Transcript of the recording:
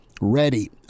ready